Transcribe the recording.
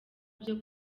byo